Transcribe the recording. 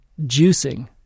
juicing